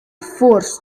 forced